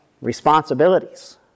responsibilities